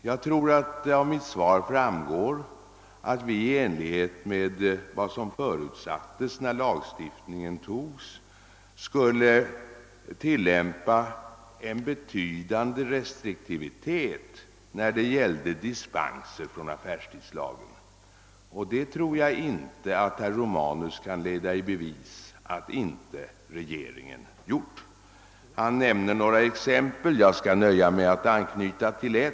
Jag tror att av mitt svar framgår att vi i enlighet med vad som förutsattes när lagstiftningen togs har tillämpat en avsevärd restriktivitet när det gäller dispenser från affärstidslagen. Jag tror inte att herr Romanus kan leda i bevis att regeringen inte har gjort det. Han nämner några exempel. Jag skall nöja mig med att anknyta till ett.